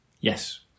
Yes